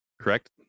correct